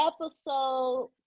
episode